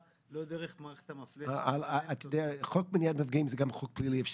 על פי הכלים שיש